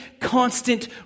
constant